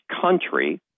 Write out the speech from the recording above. country